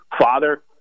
father